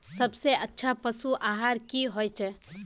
सबसे अच्छा पशु आहार की होचए?